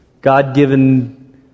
God-given